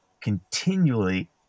continually